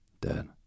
dead